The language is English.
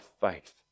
faith